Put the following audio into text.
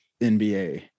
NBA